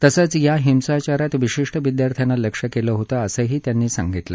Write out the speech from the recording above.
तसंच या हिंसाचारात विशिष्ट विद्यार्थ्यांना लक्ष्य केलं होतं असंही त्यांनी सांगितलं